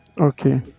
Okay